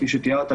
כפי שתיארת,